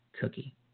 cookie